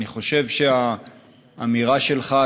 ואני חושב שהאמירה שלך,